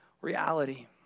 reality